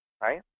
Right